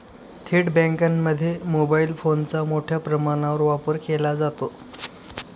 थेट बँकांमध्ये मोबाईल फोनचा मोठ्या प्रमाणावर वापर केला जातो